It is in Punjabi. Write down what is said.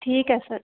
ਠੀਕ ਹੈ ਸਰ